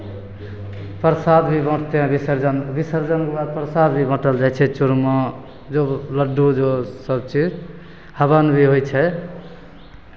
प्रसाद भी बाँटते हैं विसर्जन विसर्जनके बाद प्रसाद भी बाँटल जाइ छै चूरमा जो लड्डू जो सभ चीज हवन भी होइ छै